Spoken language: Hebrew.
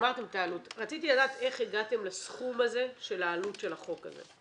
הגעתם לעלות של הסכום של החוק הזה.